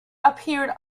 appeared